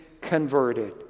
converted